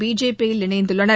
பிஜேபியில் இணைந்துள்ளனர்